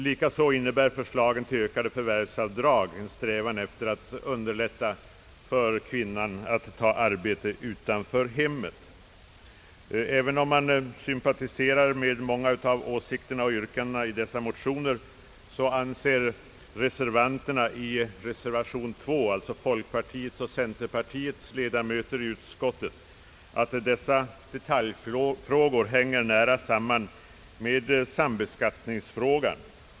Likaså innebär förslaget om ökade förvärvsavdrag en strävan att underlätta för kvinnor att ta arbete utanför hemmet. Även om vi sympatiserar med många av åsikterna och yrkandena i dessa motioner anser vi att dessa detaljfrågor hänger nära samman med sambeskattningsfrågan.